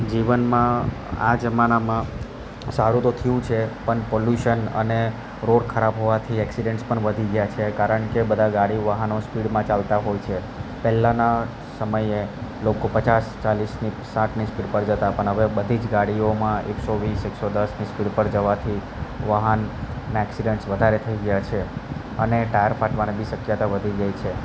જીવનમાં આ જમાનામાં સારું તો થયું છે પન પોલ્યુશન અને રોડ ખરાબ હોવાથી એક્સિડન્ટ્સ પન વધી ગયા છે કારણ કે બધા ગાડી વાહનો સ્પીડમાં ચાલતા હોય છે પહેલાંના સમયે લોકો પચાસ ચાલીસની સાઠની સ્પીડ પર જતા હતા અને હવે બધી જ ગાડીઓમાં એકસો વીસ એકસો દસની સ્પીડ પર જવાથી વાહનના એક્સિડન્ટ્સ વધારે થઈ ગયા છે અને ટાયર ફાટવાની બી શક્યતા વધી ગઈ છે